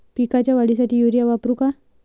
पिकाच्या वाढीसाठी युरिया वापरू का?